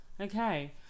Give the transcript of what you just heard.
Okay